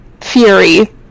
Fury